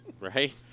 Right